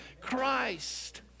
Christ